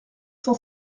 cent